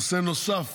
נושא נוסף